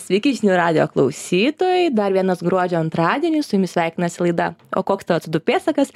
sveiki žinių radijo klausytojai dar vienas gruodžio antradienis su jumis sveikinasi laida o koks tavo co du pėdsakas